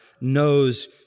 knows